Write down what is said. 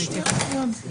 לא.